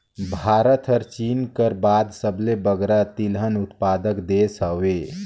भारत हर चीन कर बाद सबले बगरा तिलहन उत्पादक देस हवे